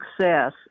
success